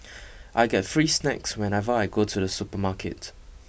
I get free snacks whenever I go to the supermarket